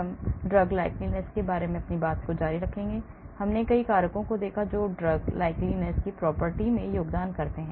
हम drug likeness के विषय पर जारी रखेंगे इसलिए हमने कई कारकों को देखा जो drug likeness की property में योगदान करते हैं